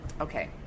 okay